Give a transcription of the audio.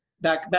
back